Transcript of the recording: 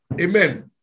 Amen